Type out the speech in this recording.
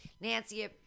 Nancy